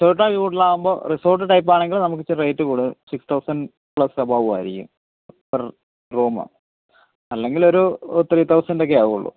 റിസോർട്ടായി കൂടുതലാകുമ്പോള് റിസോർട്ട് ടൈപ്പാണെങ്കിൽ നമുക്കിച്ചിരി റേയ്റ്റ് കൂടും സിക്സ് തൗസൻഡ് പ്ലസ് എബൊവായിരിക്കും പെർ റൂം അല്ലെങ്കിലൊരു ത്രീ തൗസൻഡൊക്കെയാകുവുള്ളു